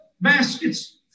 baskets